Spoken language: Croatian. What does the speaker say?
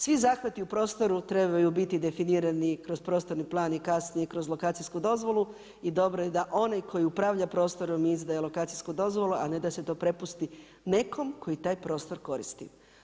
Svi zahvati u prostoru trebaju biti definirani kroz prostorni plan i kasnije kroz lokacijsku dozvolu i dobro je da onaj koji upravlja prostorom izdaje lokacijsku dozvolu, a ne da se to prepusti nekom tko taj prostor koristi.